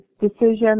decision